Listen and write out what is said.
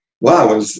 Wow